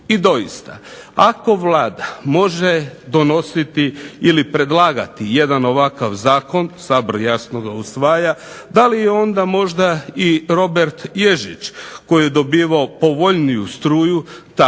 I doista, ako Vlada može predlagati jedan ovakav zakon, Sabor ga jasno usvaja, da li onda možda i Robert Ježić koji je dobivao povoljniju struju također